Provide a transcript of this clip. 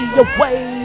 away